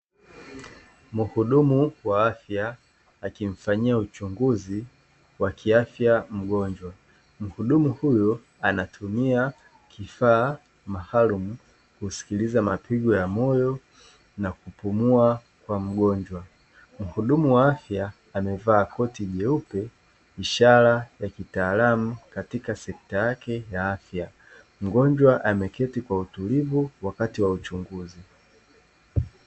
Muhudumu wa afya akimfanyia uchunguzi wa kiafya mgonjwa, mhudumu huyo anatumia kifaa maalumu kusikiliza mapigo ya moyo na kupumua kwa mgonjwa, mhudumu wa afya amevaa koti jeupe ishara ya kitaalamu katika sekta yake ya afya, mgonjwa ameketi kwa utulivu wakati wa uchunguzi.